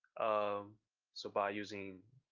um so by using,